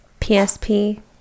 PSP